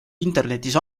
internetis